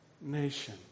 nation